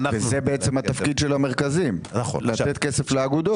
וזה בעצם התפקיד של המרכזים, לתת כסף לאגודות.